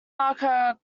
marker